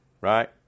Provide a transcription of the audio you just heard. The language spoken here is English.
right